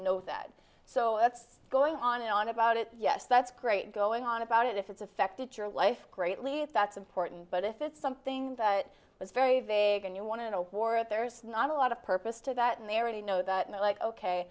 know that so it's going on and on about it yes that's great going on about it if it's affected your life greatly if that's important but if it's something that was very vague and you want to know borat there's not a lot of purpose to that and they already know that they're like ok